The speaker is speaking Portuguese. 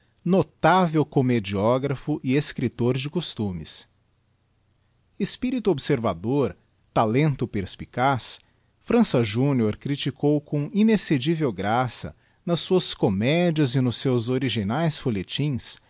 notável comediographo e escripior de costumes espirito observador talento perspicaz frança júnior criticou com inexcedivel graça nas suas comedias e nos seus originaes folhetins